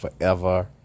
forever